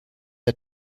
der